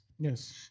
Yes